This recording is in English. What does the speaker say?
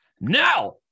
Now